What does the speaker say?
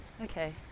Okay